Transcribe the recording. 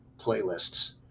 playlists